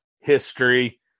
history